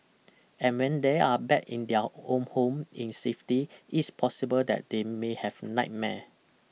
and when they are back in their own home in safety it's possible that they may have nightmare